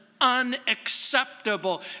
unacceptable